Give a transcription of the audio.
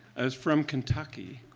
i was from kentucky.